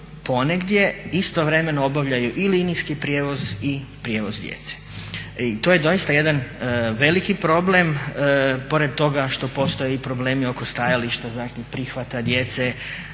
ponegdje istovremeno obavljaju i linijski prijevoz i prijevoz djece. I to je doista jedan veliki problem, pored toga što postoje i problemi oko stajališta, zatim prihvata djece,